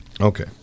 Okay